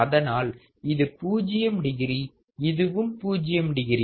அதனால் இது பூஜ்யம் டிகிரி இதுவும் பூஜ்யம் டிகிரி